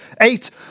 eight